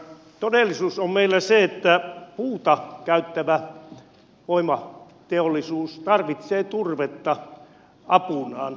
todellisuus on meillä se että puuta käyttävä voimateollisuus tarvitsee turvetta apunaan